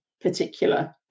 particular